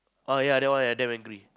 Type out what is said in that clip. oh ya that one I'm damn angry